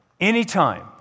Anytime